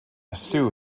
sue